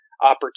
opportunity